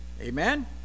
Amen